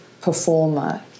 performer